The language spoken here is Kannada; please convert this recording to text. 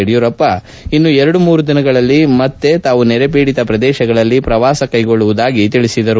ಯಡಿಯೂರಪ್ಪ ಇನ್ನು ಎರಡ್ಡೂರು ದಿನಗಳಲ್ಲಿ ಮತ್ತೆ ತಾವು ನೆರೆಪೀಡಿತ ಪ್ರದೇಶಗಳಲ್ಲಿ ಪ್ರವಾಸ ಕೈಗೊಳ್ಳುವುದಾಗಿ ತಿಳಿಸಿದರು